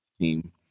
team